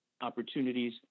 opportunities